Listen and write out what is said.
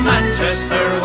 Manchester